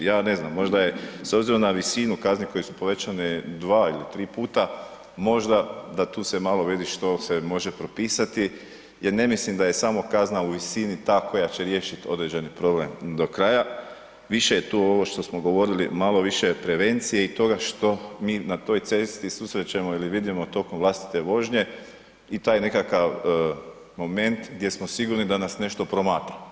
Ja ne znam, možda je s obzirom na visinu kazni koje su povećane dva ili tri puta možda da tu se malo vidi što se može propisati jer ne mislim da je samo kazna u visini ta koja će riješiti određeni problem do kraja više je tu ovo što smo govorili, malo više je prevencije i toga što mi na toj cesti susrećemo ili vidimo tokom vlastite vožnje i taj nekakav moment gdje smo sigurni da nas nešto promatra.